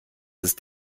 ist